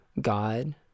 God